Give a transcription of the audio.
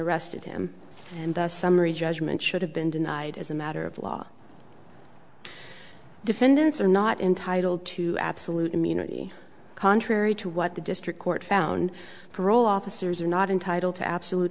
arrested him and the summary judgment should have been denied as a matter of law defendants are not entitled to absolute immunity contrary to what the district court found parole officers are not entitled to absolute